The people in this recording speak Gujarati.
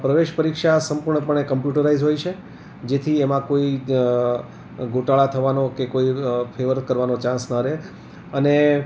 પ્રવેશ પરીક્ષા સંપૂર્ણપણે કમ્પ્યુટરાઈજ હોય છે જેથી એમાં કોઈ ગોટાળા થવાનો કે કોઈ ફેવર કરવાનો ચાન્સ ના રહે અને